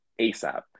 ASAP